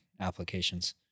applications